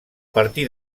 partir